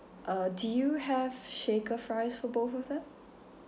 uh do you have shaker fries for both of them